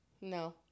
no